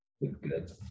Good